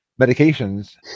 medications